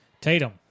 Tatum